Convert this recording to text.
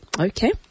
Okay